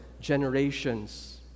generations